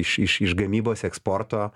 iš iš iš gamybos eksporto